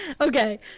Okay